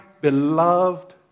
beloved